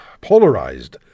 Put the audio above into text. polarized